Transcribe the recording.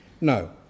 No